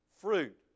Fruit